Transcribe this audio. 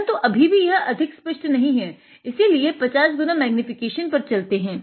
परन्तु अभी भी यह अधिक स्पष्ट नही है इसीलिए 50x मेग्निफिकेशन पर चलते हैं